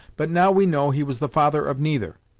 but now we know he was the father of neither.